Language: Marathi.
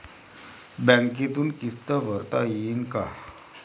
बँकेतून किस्त भरता येईन का?